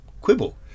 quibble